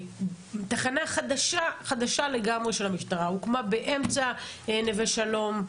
תחנה חדשה לגמרי של המשטרה הוקמה באמצע נווה שלום,